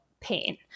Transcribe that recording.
pain